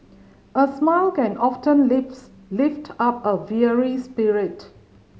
a smile can often lifts lift up a weary spirit